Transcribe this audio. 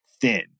thin